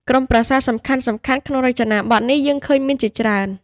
ក្រុមប្រាសាទសំខាន់ៗក្នុងរចនាបថនេះយើងឃើញមានជាច្រើន។